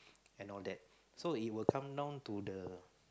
and all that so it will come down to the